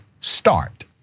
start